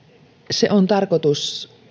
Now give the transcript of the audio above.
se on tarkoitus